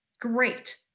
Great